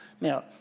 Now